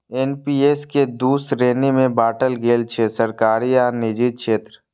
NPS कें दू श्रेणी मे बांटल गेल छै, सरकारी आ निजी क्षेत्र